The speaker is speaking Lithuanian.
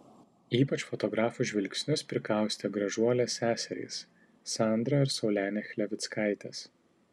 ypač fotografų žvilgsnius prikaustė gražuolės seserys sandra ir saulenė chlevickaitės